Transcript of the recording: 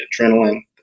adrenaline